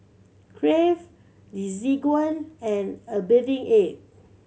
Crave Desigual and A Bathing Ape